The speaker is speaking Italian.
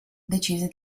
decise